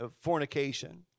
fornication